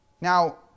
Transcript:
Now